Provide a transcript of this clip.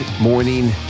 Morning